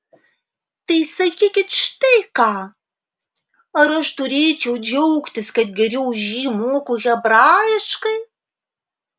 tai sakykit štai ką ar aš turėčiau džiaugtis kad geriau už jį moku hebrajiškai